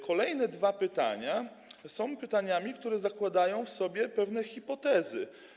Kolejne dwa pytania są pytaniami, które zakładają w sobie pewne hipotezy.